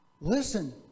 listen